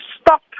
stop